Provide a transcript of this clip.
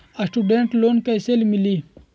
Student loan कैसे मिली?